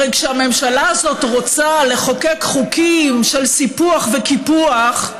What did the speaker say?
הרי כשהממשלה הזאת רוצה לחוקק חוקים של סיפוח וקיפוח,